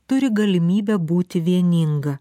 turi galimybę būti vieninga